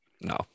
no